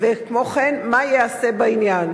2. מה ייעשה בעניין?